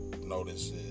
notices